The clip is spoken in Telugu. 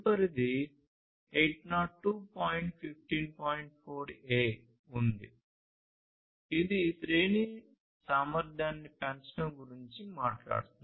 4a ఉంది ఇది శ్రేణి సామర్థ్యాన్ని పెంచడం గురించి మాట్లాడుతుంది